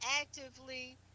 actively